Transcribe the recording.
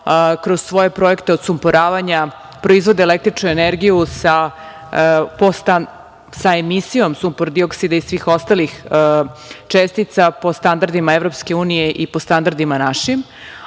kroz svoje projekte odsumporavanja proizvode električnu energiju sa emisijom sumpor-dioksida i svih ostalih čestica po standardima EU i po standardima našim. Ono